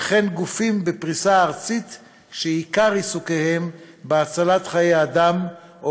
וכן גופים בפריסה ארצית שעיקר עיסוקם בהצלת חיי אדם או